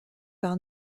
par